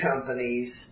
companies